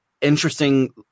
interesting